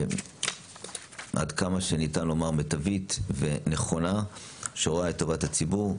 עד כמה שניתן לומר מיטבית ונכונה שרואה את טובת הציבור,